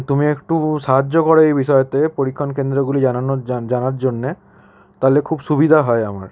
তুমি একটু সাহায্য করে এই বিষয়েতে পরীক্ষণ কেন্দ্রগুলি জানানোর জানার জন্যে তালে খুব সুবিধা হয় আমার